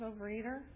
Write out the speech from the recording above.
overeater